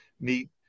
meet